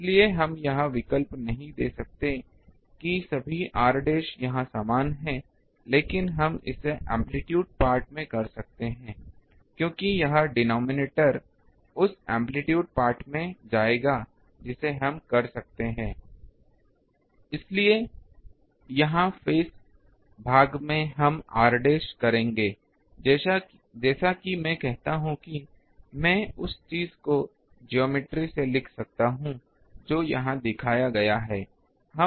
इसलिए हम यह विकल्प नहीं दे सकते हैं कि सभी r डैश यहाँ समान हैं लेकिन हम इसे एम्पलीटूड पार्ट में कर सकते हैं क्योंकि यह denominator उस एम्पलीटूड पार्ट में आएगा जिसे हम कर सकते हैं इसलिए यहां फेज भाग में हम r डैश करेंगे जैसा कि मैं कहता हूं कि मैं उस चीज़ की ज्योमेट्री से लिख सकता हूं जो यहां दिखाया गया है